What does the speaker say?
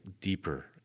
deeper